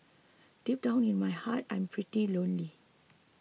deep down in my heart I'm pretty lonely